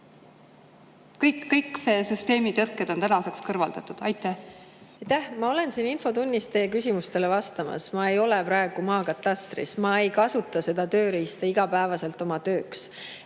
kõik süsteemi tõrked on tänaseks kõrvaldatud? Aitäh! Ma olen siin infotunnis teie küsimustele vastamas. Ma ei ole praegu maakatastris. Ma ei kasuta seda tööriista igapäevaselt oma tööks.